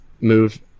move